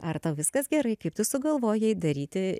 ar tau viskas gerai kaip tu sugalvojai daryti